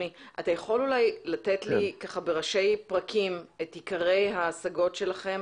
אתה יכול לתת לי בראשי פרקים את עיקרי ההשגות שלכם?